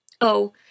Oh